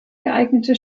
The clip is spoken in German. geeignete